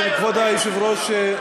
כבוד היושב-ראש,